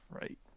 Right